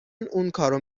اونکارو